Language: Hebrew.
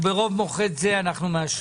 וברוב מוחץ זה אנחנו מאשרים את ההחלטה.